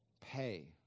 pay